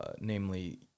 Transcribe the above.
namely